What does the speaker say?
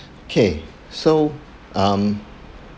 okay so um